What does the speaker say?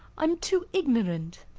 i'm too ignorant.